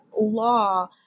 law